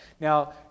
Now